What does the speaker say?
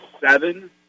seven